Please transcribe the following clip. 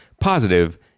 positive